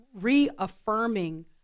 reaffirming